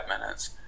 minutes